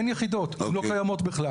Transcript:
אין יחידות, לא קיימות בכלל.